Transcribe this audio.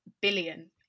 billion